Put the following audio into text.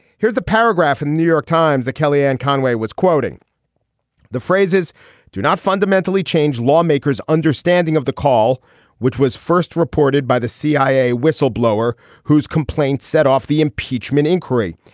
here's the paragraph in the new york times that kellyanne conway was quoting the phrases do not fundamentally change lawmakers understanding of the call which was first reported by the cia whistleblower whose complaint set off the impeachment inquiry.